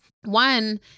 One